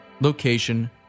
location